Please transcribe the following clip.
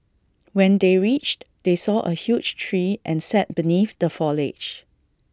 when they reached they saw A huge tree and sat beneath the foliage